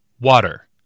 Water